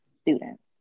students